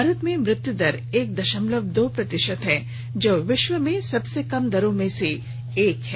भारत में मृत्युदर एक दशमलव दो प्रतिशत है जो विश्व में सबसे कम दरों में से एक है